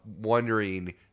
wondering